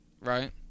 Right